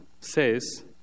says